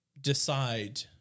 decide